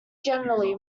generally